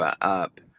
up